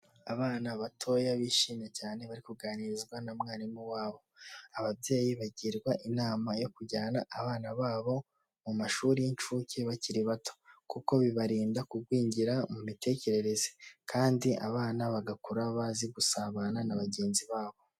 Abana batoya bishimye cyane bari kuganirizwa na mwarimu wabo, ababyeyi bagirwa inama yo kujyana abana babo mu mashuri y'incuke bakiri bato kuko bibarinda kugwingira mu mitekerereze kandi abana bagakura bazi gusabana na bagenzi babo.